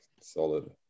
solid